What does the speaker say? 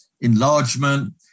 enlargement